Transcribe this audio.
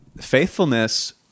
faithfulness